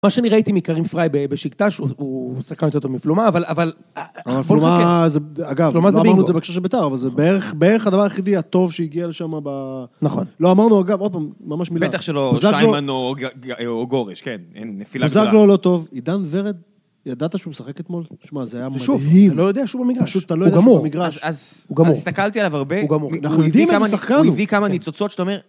מה שאני ראיתי מכרים פריי בבשיקטש, שהוא שחקן יותר טוב מפלומה, אבל, אבל... אבל פלומה, אגב, פלומה זה באימון, לא אמרנו את זה בהקשר של בית"ר, אבל זה בערך הדבר היחידי הטוב שהגיע לשם בה... נכון. לא אמרנו, אגב, עוד פעם, ממש מילה. בטח שלא שיימן או גורש, כן, אין, נפילה גדולה. בוזגלו לא טוב, עידן ורד, ידעת שהוא משחק אתמול? תשמע, זה היה מדהים. זה שוב, אתה לא יודע שהוא במגרש. פשוט אתה לא יודע שהוא במגרש. הוא גמור, הוא גמור, אז הסתכלתי עליו הרבה, הוא הביא כמה ניצוצות שאתה אומר...